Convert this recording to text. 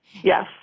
Yes